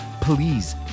please